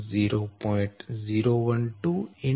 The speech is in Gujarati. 012 0